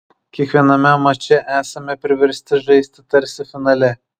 kiekviename mače esame priversti žaisti tarsi finale